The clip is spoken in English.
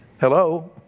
Hello